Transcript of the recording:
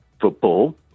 football –